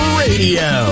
radio